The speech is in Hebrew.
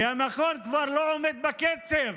כי המכון כבר לא עומד בקצב.